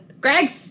Greg